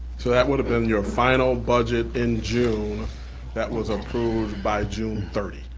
so that would have been your final budget in june that was approved by june thirty.